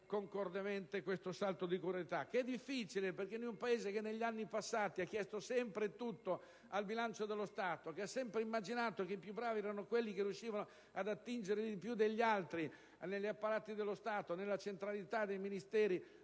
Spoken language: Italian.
concordemente, anche se è difficile far ciò in un Paese che negli anni passati ha chiesto sempre tutto al bilancio dello Stato, che ha sempre immaginato che i più bravi fossero quelli che riuscivano ad attingere più degli altri negli apparati dello Stato, nella centralità dei Ministeri